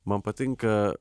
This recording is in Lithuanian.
man patinka